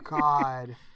God